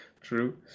True